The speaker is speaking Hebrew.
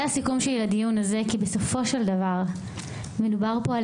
זה הסיכום שלי לדיון הזה כי בסופו של דבר מדובר פה על